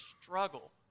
struggle